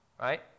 right